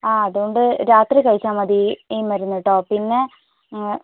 ആ അതുകൊണ്ട് രാത്രി കഴിച്ചാൽ മതി ഈ മരുന്ന് കേട്ടോ പിന്നെ